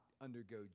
undergo